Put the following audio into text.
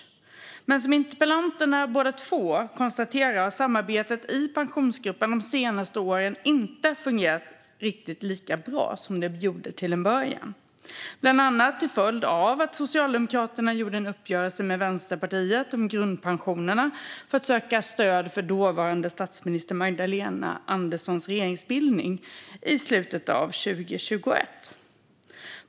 Men som de båda interpellanterna konstaterar har samarbetet i Pensionsgruppen de senaste åren inte fungerat riktigt lika bra som det gjorde i början. Det är bland annat en följd av att Socialdemokraterna gjorde en uppgörelse med Vänsterpartiet om grundpensionerna, för att söka stöd för dåvarande statsminister Magdalena Anderssons regeringsbildning i slutet av 2021.